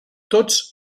tots